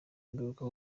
ingaruka